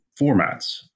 formats